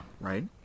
right